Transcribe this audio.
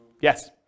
Yes